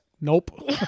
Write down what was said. Nope